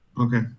Okay